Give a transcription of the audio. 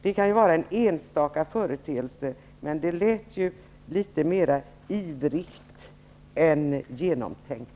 Detta kan ju vara bara en enstaka företeelse, men det låter som litet mera ivrigt än genomtänkt.